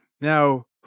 Now